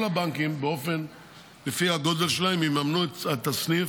כל הבנקים לפי הגודל שלהם יממנו את הסניף,